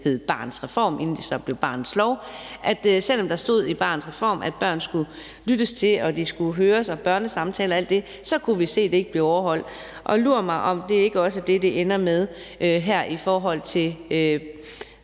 hed Barnets Reform, inden det så blev barnets lov, nemlig at selv om der stod i Barnets Reform, at der skulle lyttes til børn, og at man skulle høre dem og holde børnesamtaler og alt muligt, så kunne vi se, at det ikke blev overholdt. Og lur mig, om det ikke også er det, det ender med her i forhold til